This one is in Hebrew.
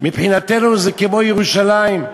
מבחינתנו זה כמו ירושלים.